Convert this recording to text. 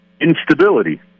instability